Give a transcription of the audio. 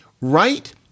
Right